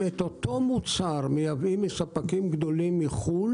מייבאים את אותו המוצר מספקים גדולים מחו"ל